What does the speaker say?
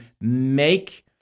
make